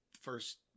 first